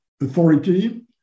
authority